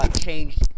changed